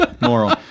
Moral